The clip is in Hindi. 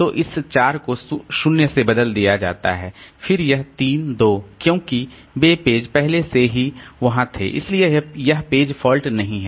तो इस 4 को 0 से बदल दिया जाता है फिर यह 3 2 क्योंकि वे पेज पहले से ही वहां थे इसलिए यह पेज फॉल्ट नहीं हैं